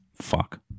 fuck